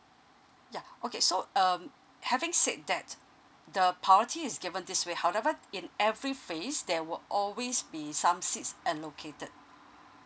yeah okay so um having said that the priority is given this way however in every phase there will always be some seats allocated